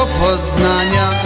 poznania